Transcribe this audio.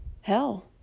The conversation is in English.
hell